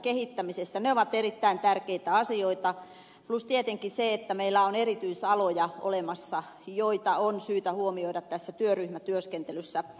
ne ovat erittäin tärkeitä asioita plus tietenkin se että meillä on erityisaloja olemassa joita on syytä huomioida tässä työryhmätyöskentelyssä